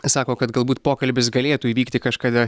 sako kad galbūt pokalbis galėtų įvykti kažkada